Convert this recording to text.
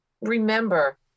remember